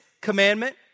commandment